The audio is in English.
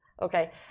Okay